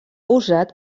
usat